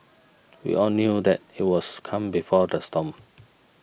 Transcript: we all knew that it was calm before the storm